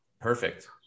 Perfect